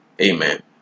Amen